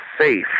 safe